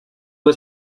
was